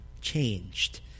changed